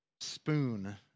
spoon